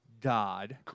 God